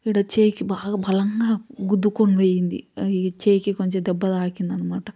ఈడ చెయ్యికి బాగా బలంగా గుద్దుకొని పోయింది ఇక చెయ్యికి కొంచెం దెబ్బ తాకింది అనమాట